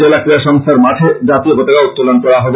জেলা ক্রীড়া সংস্থার মাঠে জাতীয় পতাকা উত্তোলন করা হবে